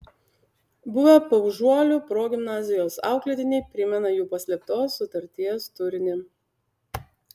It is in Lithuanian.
buvę paužuolių progimnazijos auklėtiniai primena jų paslėptos sutarties turinį